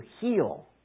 heal